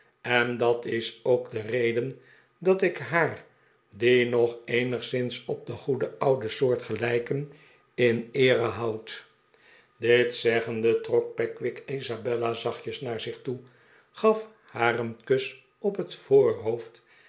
en dat is ook de reden dat ik haar die nog eenigszins op de goede oude soort gelijken in eere de pickwick glu houd dit zeggende trok pickwick isabella zachtjes naar zich toe gaf haar een kus op het voorhoofd